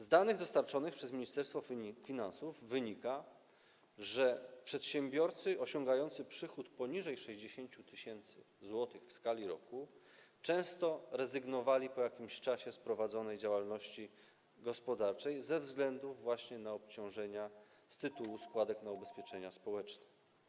Z danych dostarczonych przez Ministerstwo Finansów wynika, że przedsiębiorcy osiągający przychód poniżej 60 tys. zł w skali roku często rezygnowali po jakimś czasie z prowadzonej działalności gospodarczej ze względu właśnie na obciążenia z tytułu składek na ubezpieczenia społeczne.